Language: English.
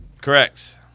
Correct